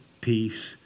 peace